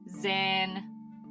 Zen